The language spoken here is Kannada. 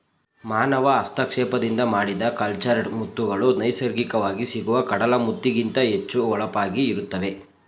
ಮಾನವ ಹಸ್ತಕ್ಷೇಪದಿಂದ ಮಾಡಿದ ಕಲ್ಚರ್ಡ್ ಮುತ್ತುಗಳು ನೈಸರ್ಗಿಕವಾಗಿ ಸಿಗುವ ಕಡಲ ಮುತ್ತಿಗಿಂತ ಹೆಚ್ಚು ಹೊಳಪಾಗಿ ಇರುತ್ತವೆ